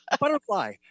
butterfly